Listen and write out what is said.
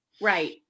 right